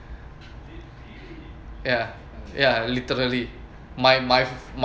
ya ya literally my my